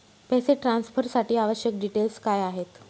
पैसे ट्रान्सफरसाठी आवश्यक डिटेल्स काय आहेत?